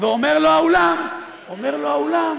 ואומר לו האולם, אומר לו האולם,